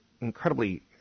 incredibly